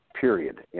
period